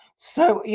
so, yeah